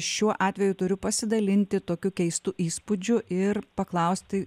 šiuo atveju turiu pasidalinti tokiu keistu įspūdžiu ir paklausti